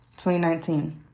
2019